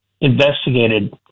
investigated